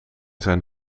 zijn